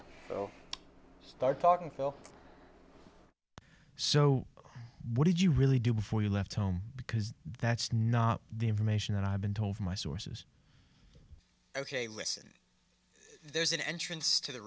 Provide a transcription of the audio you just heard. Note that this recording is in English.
so start talking phil so what did you really do before you left home because that's not the information and i've been told my sources ok listen there's an entrance to the